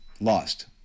lost